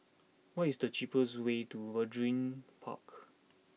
what is the cheapest way to Waringin Park